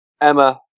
Emma